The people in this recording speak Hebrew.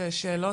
יש שאלות?